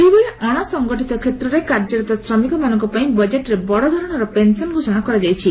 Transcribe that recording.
ସେହିଭଳି ଅଣସଙ୍ଗଠିତ କ୍ଷେତ୍ରରେ କାର୍ଯ୍ୟରତ ଶ୍ରମିକମାନଙ୍କପାଇଁ ବଜେଟ୍ରେ ବଡ଼ ଧରଣର ପେନ୍ସନ୍ ଘୋଷଣା କରାଯାଇଛି